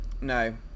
No